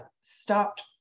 stopped